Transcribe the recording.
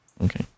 okay